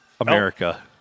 America